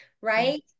right